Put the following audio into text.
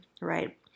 right